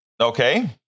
Okay